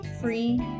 free